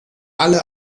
alle